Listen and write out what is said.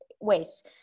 ways